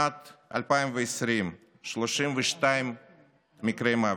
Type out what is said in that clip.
שנת 2020, 32 מקרי מוות,